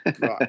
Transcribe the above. Right